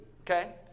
okay